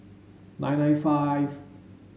nine nine five